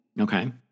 Okay